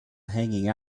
hanging